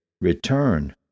Return